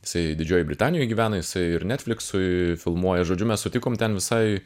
jisai didžiojoj britanijoj gyvena jisai ir netfliksui filmuoja žodžiu mes sutikom ten visai